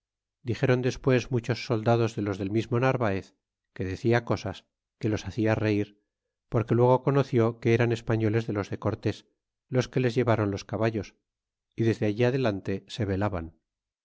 dixéron despues muchos soldados de los del mismo narvaez que decia cosas que los hacia reir porque luego conoció que eran españoles de los de cortes los que les llevaron los caballos y desde allí adelante se velaban